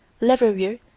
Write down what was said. Leverrier